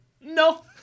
no